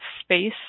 space